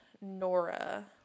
Nora